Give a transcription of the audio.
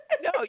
No